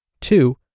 two